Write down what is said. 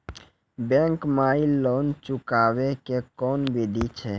Bank माई loan चुकाबे के कोन बिधि छै?